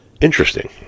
Interesting